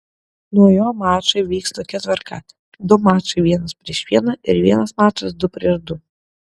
nuo jo mačai vyks tokia tvarka du mačai vienas prieš vieną ir vienas mačas du prieš du